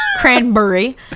Cranberry